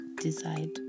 decide